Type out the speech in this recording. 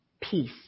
peace